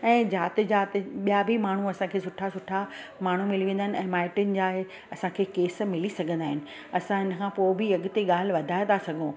ऐं जिते जिते ॿिया बि माण्हू असांखे सुठा सुठा माण्हू मिली वेंदा आहिनि ऐं माइटिनि जा इहे असांखे केस मिली सघंदा आहिनि असां इन खां पोइ बि अॻिते ॻाल्हि वधाए था सघूं